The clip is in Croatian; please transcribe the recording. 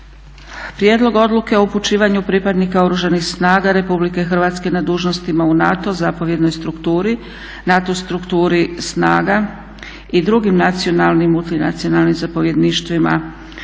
Prijedlog odluke o upućivanju pripadnika Oružanih snaga RH na dužnostima u NATO zapovjednoj strukturi, NATO strukturi snaga i drugim nacionalnim (multinacionalnim) zapovjedništvima u